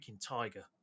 tiger